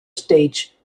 stage